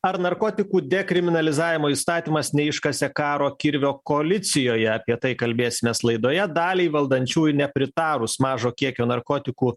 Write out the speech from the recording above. ar narkotikų dekriminalizavimo įstatymas neiškasė karo kirvio koalicijoje apie tai kalbėsimės laidoje daliai valdančiųjų nepritarus mažo kiekio narkotikų